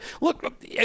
Look